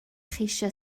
cheisio